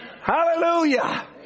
Hallelujah